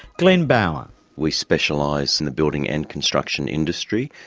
glenn bower we specialise in the building and construction industry,